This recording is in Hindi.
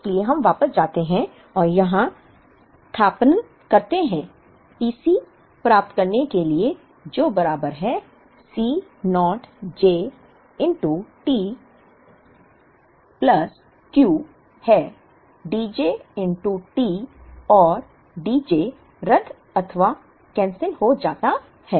इसलिए हम वापस जाते हैं और यहाँ स्थानापन्न करते हैं TC प्राप्त करने के लिए जो बराबर है C naught j T Q है Dj T और Dj रद्द अथवा कैंसिल हो जाता है